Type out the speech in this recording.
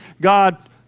God